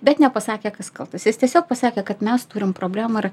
bet nepasakė kas kaltas jis tiesiog pasakė kad mes turim problemą ir